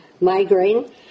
migraine